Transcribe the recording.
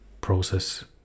process